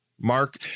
Mark